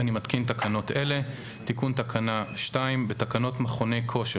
אני מתקין תקנות אלה: תיקון תקנה 2. 1. בתקנות מכוני כושר